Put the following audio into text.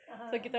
a'ah